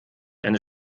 eine